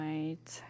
Right